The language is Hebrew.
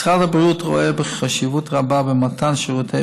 משרד הבריאות רואה חשיבות רבה במתן שירותי